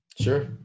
Sure